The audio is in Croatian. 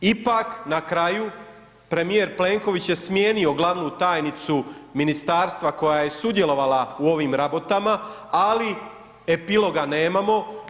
Ipak, na kraju premijer Plenković je smijenio glavnu tajnicu ministarstva koja je sudjelovala u ovim rabotama, ali epiloga nemamo.